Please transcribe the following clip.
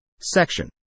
Section